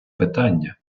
питання